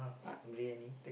briyani